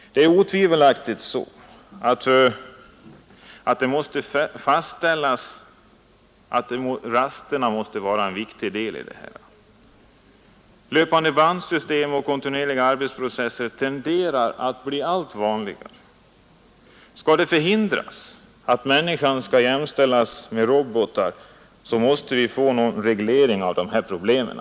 Det är otvivelaktigt så att regler för detta måste fastställas, och där ingår rasterna som en viktig del. Löpandebandsystem och kontinuerliga arbetsprocesser tenderar att bli allt vanligare. Skall det förhindras att människan jämställs med robotar måste vi få något slags reglering av de här problemen.